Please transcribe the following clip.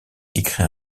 écrit